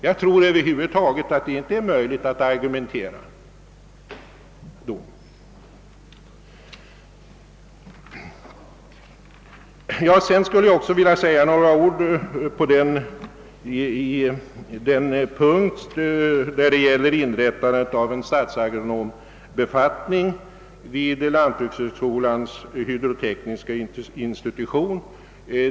Jag tror över huvud taget inte att det är möjligt att argumentera så. Sedan skulle jag också vilja säga några ord på den punkt som gäller inrättandet av en statsagronombefattning vid lantbrukshögskolans hydrotekniska institution.